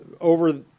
over